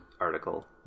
article